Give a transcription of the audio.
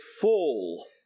fall